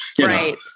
Right